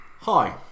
Hi